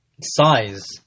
size